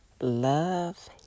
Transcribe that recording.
love